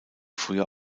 früher